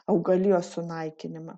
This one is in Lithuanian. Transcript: augalijos sunaikinimą